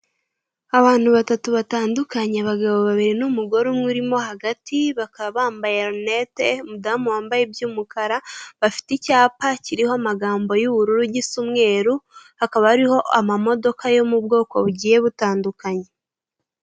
Abantu batatu batandukanye abagabo babiri n'umugore umwe urimo hagati bakaba bambaye rinete, umudamu wambaye iby'umukara bafite icyapa kiriho amagambo y'ubururu gisa umweru hakaba hariho amamodoka yo mu bwoko bugiye butandukanye.